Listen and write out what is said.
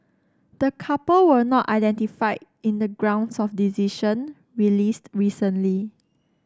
the couple were not identified in the grounds of decision released recently